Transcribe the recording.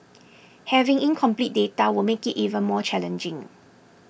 having incomplete data will make it even more challenging